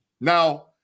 Now